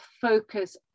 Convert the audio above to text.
focus